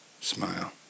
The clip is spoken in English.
smile